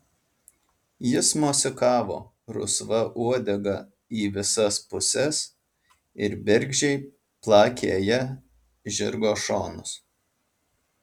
jis mosikavo rusva uodega į visas puses ir bergždžiai plakė ja žirgo šonus